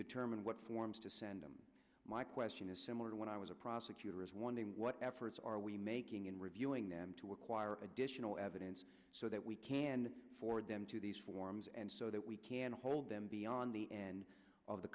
determine what forms to send them my question is similar to when i was a prosecutor is one thing what efforts are we making in reviewing them to acquire additional evidence so that we can afford them to these forms and so that we can hold them beyond the end of the